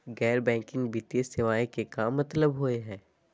गैर बैंकिंग वित्तीय सेवाएं के का मतलब होई हे?